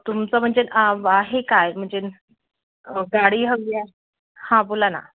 तुमचं म्हणजे हे काय म्हणजे गाडी हवी आहे हां बोला ना